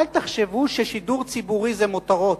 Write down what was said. אל תחשבו ששידור ציבורי זה מותרות,